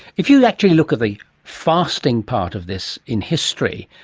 if you actually look at the fasting part of this in history,